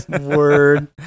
Word